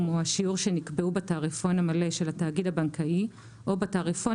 או השיעור שנקבעו בתעריפון המלא של התאגיד הבנקאי או בתעריפון